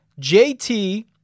JT